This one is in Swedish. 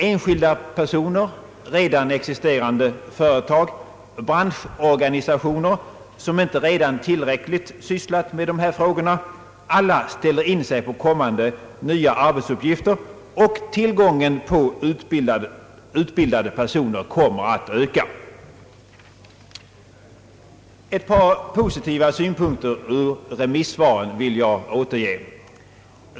Enskilda personer, redan existerande företag, branschorganisationer, som inte redan tillräckligt sysslat med dessa frågor, alla ställer in sig på de kommande nya arbetsuppgifterna, och tillgången på utbildade personer kommer att öka. Ett par positiva synpunkter ur remissvaren vill jag återge.